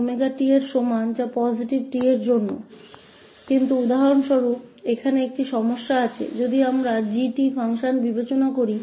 लेकिन यहां एक समस्या है उदाहरण के लिए यदि हम फंक्शन g𝑡 पर विचार करें